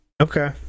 Okay